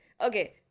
Okay